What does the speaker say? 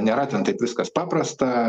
nėra ten taip viskas paprasta